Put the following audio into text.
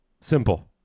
Simple